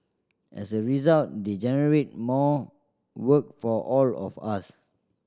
as a result they generate more work for all of us